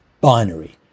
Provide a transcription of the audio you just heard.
Binary